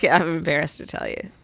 yeah i'm embarrassed to tell you.